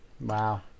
Wow